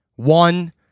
One